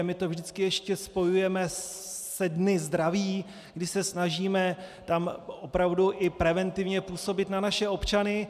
My to vždycky ještě spojujeme se dny zdraví, kdy se snažíme tam opravdu i preventivně působit na naše občany.